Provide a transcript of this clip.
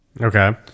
Okay